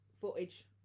footage